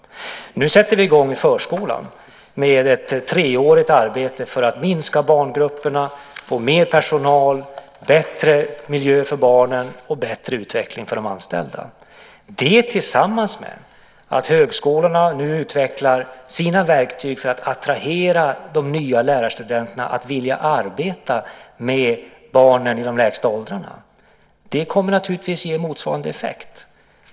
Nu sätter vi i gång i förskolan med ett treårigt arbete för att minska barngrupperna, få mer personal, bättre miljö för barnen och bättre utveckling för de anställda. Det tillsammans med att högskolorna nu utvecklar sina verktyg för att attrahera de nya lärarstudenterna att vilja arbeta med barnen i de lägsta åldrarna kommer naturligtvis att ge motsvarande effekt.